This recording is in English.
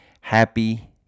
happy